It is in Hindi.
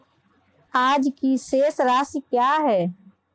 आज की शेष राशि क्या है?